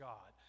God